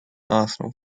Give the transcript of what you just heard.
arsenal